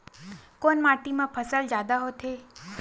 कोन माटी मा फसल जादा होथे?